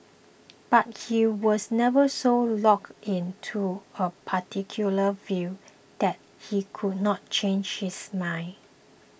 but he was never so locked in to a particular view that he could not change his mind